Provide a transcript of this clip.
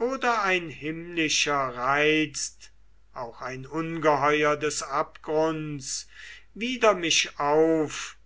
oder ein himmlischer reizt auch ein ungeheuer des abgrunds wider mich auf